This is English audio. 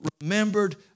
remembered